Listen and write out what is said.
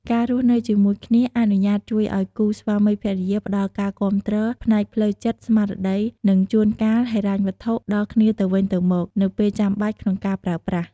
ការរស់នៅជាមួយគ្នាអនុញ្ញាតជួយឱ្យគូស្វាមីភរិយាផ្ដល់ការគាំទ្រ ផ្នែកផ្លូវចិត្ត ស្មារតី និងជួនកាលហិរញ្ញវត្ថុ ដល់គ្នាទៅវិញទៅមកនៅពេលចាំបាច់ក្នុងការប្រើប្រាស់។